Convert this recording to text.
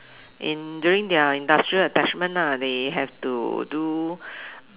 in during their industrial attachment ah they have to do